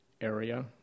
area